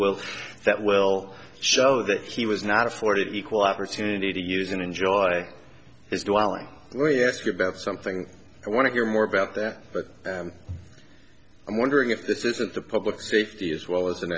will that will show that he was not afforded equal opportunity to use and enjoy his dwelling when we ask you about something i want to hear more about that but i'm wondering if this isn't the public's safety as well as